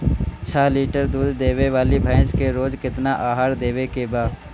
छह लीटर दूध देवे वाली भैंस के रोज केतना आहार देवे के बा?